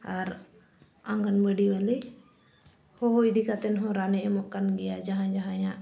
ᱟᱨ ᱟᱸᱜᱟᱱᱵᱟᱲᱤ ᱵᱟᱞᱤ ᱦᱚᱦᱚ ᱤᱫᱤ ᱠᱟᱛᱮᱫ ᱦᱚᱸ ᱨᱟᱱᱮ ᱮᱢᱚᱜ ᱠᱟᱱ ᱜᱮᱭᱟ ᱡᱟᱦᱟᱸᱭ ᱡᱟᱦᱟᱸᱭᱟᱜ